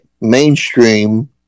Mainstream